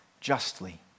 justly